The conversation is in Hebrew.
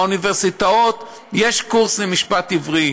באוניברסיטאות יש קורס למשפט עברי,